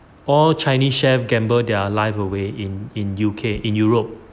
all chinese chef gamble their life away in in U_K in europe